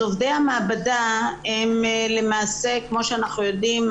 עובדי המעבדה הם למעשה כמו שאנחנו יודעים,